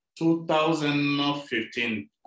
2015